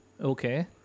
Okay